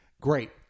Great